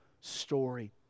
story